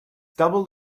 doubled